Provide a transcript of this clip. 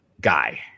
guy